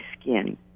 skin